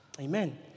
Amen